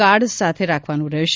card સાથે રાખવાનું રહેશે